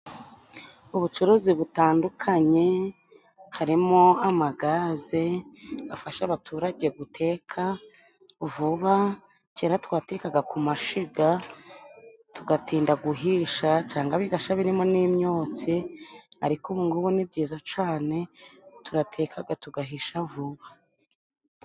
Ubucuruzi butandukanye harimo amagaze afasha abaturage guteka vuba. Kera twatekaga ku mashiga tugatinda guhisha cangwa bigasha birimo n'imyotsi ariko ubu ng'ubu ni byiza cane turatekaga tugahisha vuba.